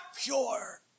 pure